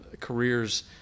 careers